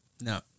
No